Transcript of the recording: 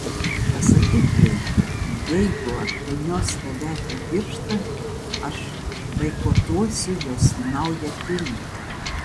pasakyk jai kad jeigu apvynios tave apie pirštą aš boikotuosiu jos naują filmą